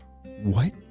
What